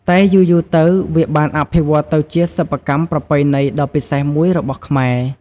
តែយូរៗទៅ វាបានអភិវឌ្ឍទៅជាសិប្បកម្មប្រពៃណីដ៏ពិសេសមួយរបស់ខ្មែរ។